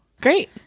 Great